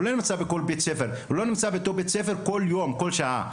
הוא לא נמצא בכל בית ספר בכל יום וכל שעה.